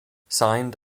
signed